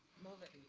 move it.